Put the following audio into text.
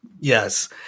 Yes